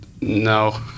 No